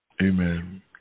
Amen